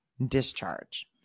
discharge